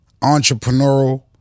entrepreneurial